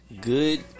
Good